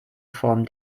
form